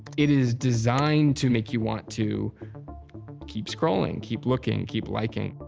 it is designed to make you want to keep scrolling, keep looking, keep liking.